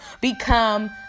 become